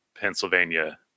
Pennsylvania